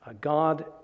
God